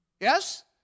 Yes